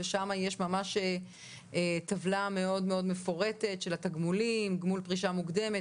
שם יש טבלה מאוד מאוד מפורטת של התגמולים: גמול פרישה מוקדמת,